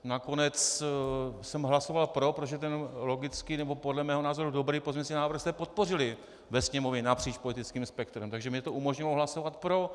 Nakonec jsem hlasoval pro, protože ten logický nebo podle mého názoru dobrý pozměňovací návrh jste podpořili ve Sněmovně napříč politickým spektrem, takže mně to umožnilo hlasovat pro.